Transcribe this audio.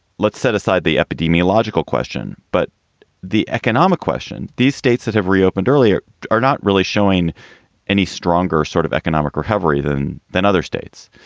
let's set aside the epidemiological question. but the economic question, these states that have reopened earlier are not really showing any stronger sort of economic recovery than than other states.